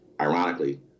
ironically